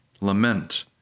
Lament